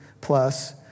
plus